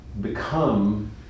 become